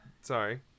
Sorry